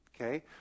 okay